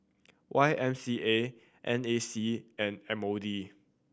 Y M C A N A C and M O D